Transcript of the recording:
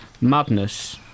madness